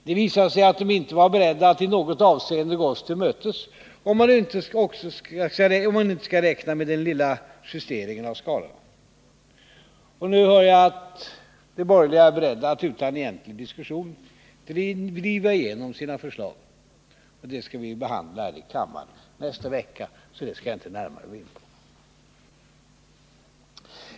Det visade sig att de inte var beredda att i något avseende gå oss till mötes, om man nu inte skall räkna med den lilla justeringen av skalorna. Nu hör jag att de borgerliga är beredda att utan egentlig diskussion driva igenom sina förslag. Dem skall vi behandla här i kammaren nästa vecka, så det skall jag inte gå in på.